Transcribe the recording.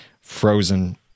frozen